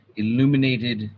illuminated